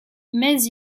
mais